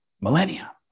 Millennia